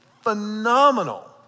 phenomenal